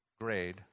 grade